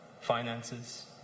finances